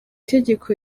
tegeko